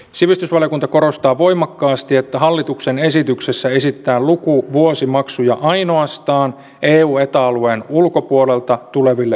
sivistysvaliokunta korostaa voimakkaasti että hallituksen esityksessä esitetään lukuvuosimaksuja ainoastaan eu ja eta alueen ulkopuolelta tuleville opiskelijoille